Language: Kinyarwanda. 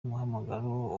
umuhamagaro